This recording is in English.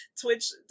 Twitch